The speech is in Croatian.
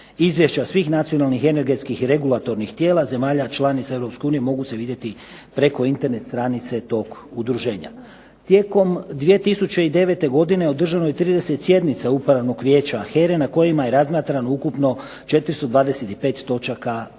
Izvješća svih nacionalnih, energetskih i regulatornih tijela zemalja članica Europske unije mogu se vidjeti preko internet stranice tog udruženja. Tijekom 2009. godine održano je 30 sjednica Upravnog vijeća HERE na kojima je razmatrano ukupno 425 točaka dnevnog